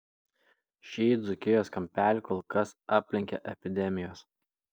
šį dzūkijos kampelį kol kas aplenkia epidemijos